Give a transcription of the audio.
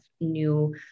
new